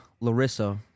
Larissa